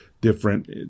different